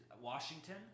Washington